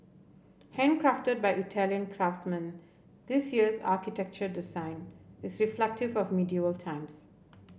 handcrafted by Italian craftsmen this year's architecture design is reflective of medieval times